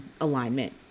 alignment